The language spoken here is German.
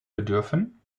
bedürfen